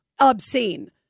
obscene